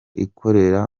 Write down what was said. ikorera